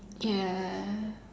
ya